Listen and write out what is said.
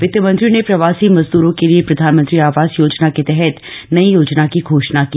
वित्त मंत्री ने प्रवासी मज़दूरों के लिए प्रधानमंत्री आवास योजना के तहत नई योजना की घोषणा की